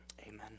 Amen